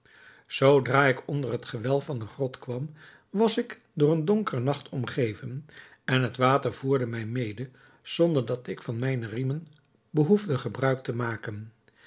zoodra ik onder het gewelf van de grot kwam was ik door een donkeren nacht omgeven en het water voerde mij mede zonder dat ik van mijne riemen behoefde gebruik te maken